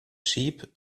sheep